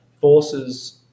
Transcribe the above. forces